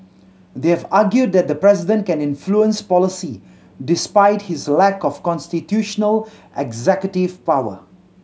they have argued that the president can influence policy despite his lack of constitutional executive power